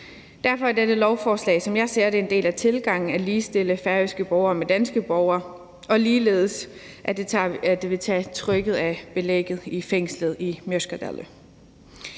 Derfor er dette lovforslag, som jeg ser det, en del af tilgangen om at ligestille færøske borgere med danske borgere, og ligeledes vil det tage trykket af belægningen i fængslet i Mjørkadalur.